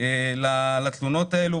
לתלונות הללו.